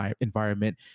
environment